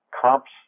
Comps